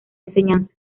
enseñanza